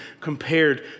compared